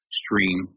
stream